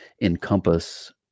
encompass